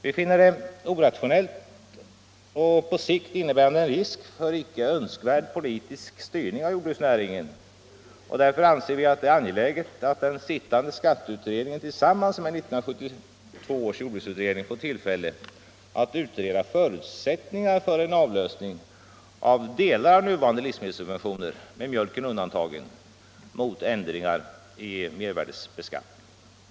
Vi finner detta orationellt och på sikt innebärande en risk för icke önskvärd politisk styrning av jordbruksnäringen, och därför anser vi det angeläget att den sittande skatteutredningen tillsammans med 1972 års jordbruksutredning får tillfälle att utreda förutsättningar för en avlösning av delar av nuvarande livsmedelssubventioner, med mjölken undantagen, mot ändringar i mervärdebeskattningen.